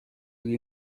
روی